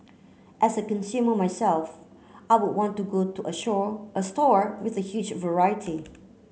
as a consumer myself I would want to go to a shore a store with a huge variety